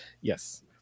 yes